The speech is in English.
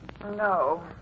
No